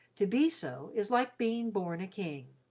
to be so is like being born a king.